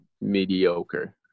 mediocre